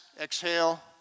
exhale